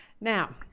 Now